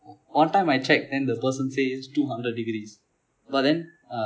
one time I check then the person say is two hundred degrees but then uh